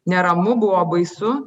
neramu buvo baisu